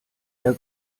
der